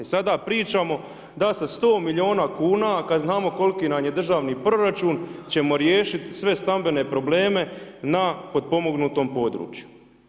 I sada pričamo da sa 100 milijuna kuna, kada znamo koliki nam je državni proračun, ćemo riješiti sve stambene probleme na potpomognutom području.